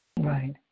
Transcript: right